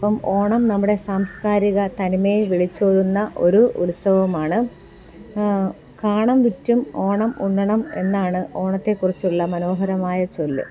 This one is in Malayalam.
അപ്പം ഓണം നമ്മുടെ സാംസ്കാരിക തനിമയെ വിളിച്ചോതുന്ന ഒരു ഉത്സവമാണ് കാണം വിറ്റും ഓണം ഉണ്ണണം എന്നാണ് ഓണത്തെ കുറിച്ചുള്ള മനോഹരമായ ചൊല്ല്